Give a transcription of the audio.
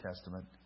Testament